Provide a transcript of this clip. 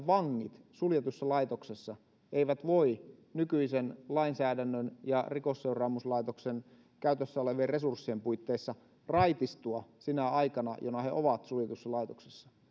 vangit suljetussa laitoksessa eivät voi nykyisen lainsäädännön ja rikosseuraamuslaitoksen käytössä olevien resurssien puitteissa raitistua sinä aikana jona he ovat suljetussa laitoksessa